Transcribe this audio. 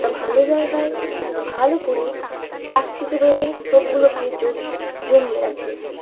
একটা ভালো জায়গায় ভালো করে প্লাস্টিকে বেঁধে সবগুলোকে জমিয়ে রাখি